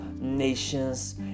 nations